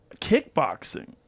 kickboxing